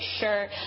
sure